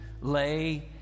lay